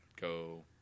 go